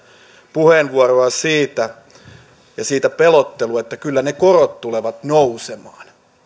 puheenvuoroa ja pelottelua siitä että kyllä ne korot tulevat nousemaan